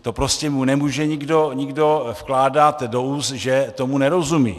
To prostě mu nemůže nikdo vkládat do úst, že tomu nerozumí.